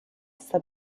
sta